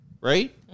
right